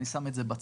אני שם את זה בצד.